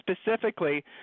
specifically